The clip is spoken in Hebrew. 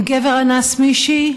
אם גבר אנס מישהי,